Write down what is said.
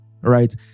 right